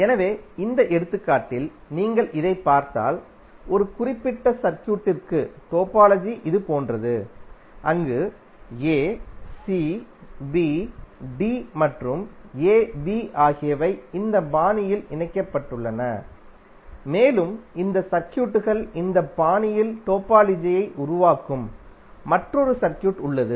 எனவே இந்த எடுத்துக்காட்டில் நீங்கள் இதைப் பார்த்தால் ஒரு குறிப்பிட்ட சர்க்யூட்டிற்கு டோபாலஜி இது போன்றது அங்கு a c b d மற்றும் a b ஆகியவை இந்த பாணியில் இணைக்கப்பட்டுள்ளன மேலும் இந்த சர்க்யூட்கள் இந்த பாணியில் டோபாலஜியை உருவாக்கும் மற்றொரு சர்க்யூட் உள்ளது